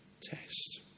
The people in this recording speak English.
test